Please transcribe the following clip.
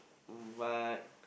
but